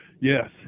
yes